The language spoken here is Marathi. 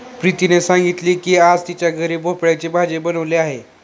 प्रीतीने सांगितले की आज तिच्या घरी भोपळ्याची भाजी बनवली आहे